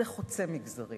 זה חוצה מגזרים.